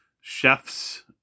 chefs